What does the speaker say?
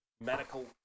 Medical